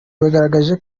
bagaragaje